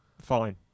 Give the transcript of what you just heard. fine